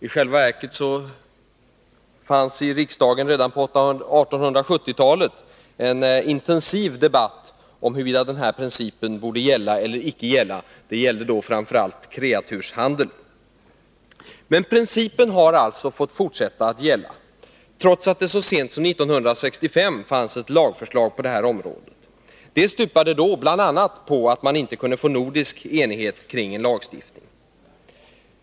I själva verket fördes i riksdagen redan på 1870-talet en intensiv debatt om huruvida principen borde gälla eller icke gälla — det gällde då framför allt kreaturshandeln. Men principen har fått fortsätta att gälla, trots att det så sent som 1965 fanns ett lagförslag på det här området. Det stupade bl.a. på att man inte kunde få nordisk enighet kring en lagstiftning.